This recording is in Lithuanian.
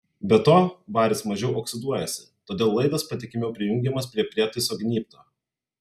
be to varis mažiau oksiduojasi todėl laidas patikimiau prijungiamas prie prietaiso gnybto